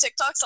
TikToks